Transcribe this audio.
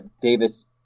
Davis